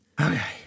Okay